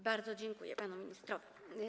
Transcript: Bardzo dziękuję panu ministrowi.